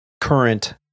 current